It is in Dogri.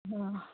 हां